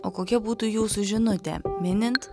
o kokia būtų jūsų žinutė minint